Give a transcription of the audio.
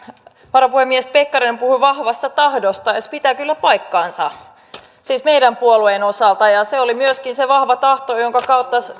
varapuhemies pekkarinen puhui vahvasta tahdosta se pitää kyllä paikkaansa siis meidän puolueemme osalta ja se oli myöskin se vahva tahto jonka kautta